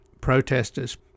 protesters